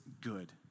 good